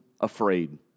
afraid